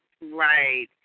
right